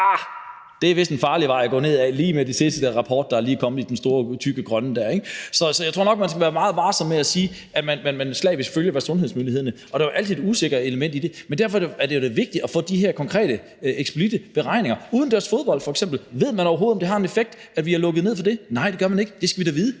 det er vist en farlig vej at gå nedad, efter at den sidste rapport – den der store, tykke, grønne – er kommet, ikke? Så tror jeg nok, man skal være meget varsom med at sige, at man slavisk følger, hvad sundhedsmyndighederne siger. Der er jo altid et usikkert element i det. Men derfor er det da vigtigt at få de her konkrete, eksplicitte beregninger. Hvad med f.eks. udendørs fodbold? Ved man overhovedet, om det har en effekt, at vi har lukket ned for det? Nej, det gør man ikke. Men det skal vi da vide;